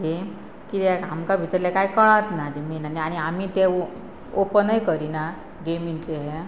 game किद्याक आमकां भितरले कांय कळत ना ते मेन आनी आनी आमी तें ओपनय करिना गेमींचे हें